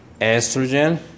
estrogen